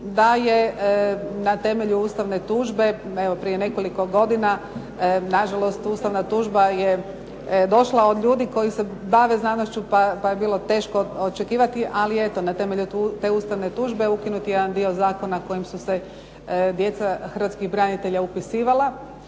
da je na temelju ustavne tužbe evo prije nekoliko godina, nažalost ustavna tužba je došla od ljudi koji se bave znanošću pa je bilo teško očekivati, ali eto na temelju te ustavne tužbe ukinut je jedan dio zakona kojim su se djeca hrvatskih branitelja upisivala.